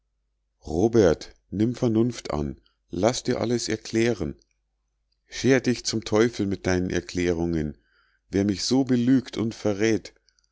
robert nimm vernunft an laß dir alles erklären scher dich zum teufel mit deinen erklärungen wer mich so belügt und verrät